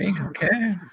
Okay